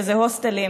שזה הוסטלים,